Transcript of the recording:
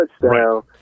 touchdown